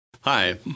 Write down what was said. Hi